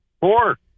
four